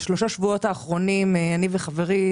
בשלושה שבועות האחרונים אני וחברי,